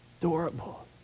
adorable